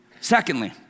Secondly